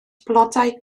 blodau